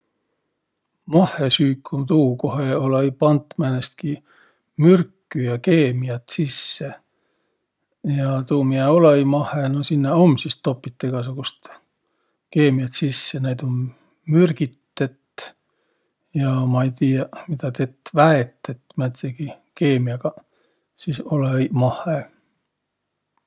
Mahhesüük um tuu, kohe olõ-õi pant määnestki mürkü ja keemiät sisse. Ja tuu, miä olõ-õi mahhe, no sinnäq um sis topit egäsugust keemiät sisse. Näid um mürgitet ja ma ei tiiäq, midä tett, väetet määntsegi keemiägaq, sis olõ-õi mahhe.